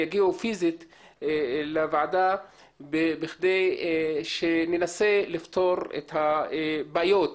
יגיעו פיזית לוועדה בכדי שננסה לפתור את הבעיות,